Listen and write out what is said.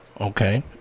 Okay